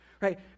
Right